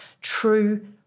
true